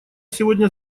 сегодня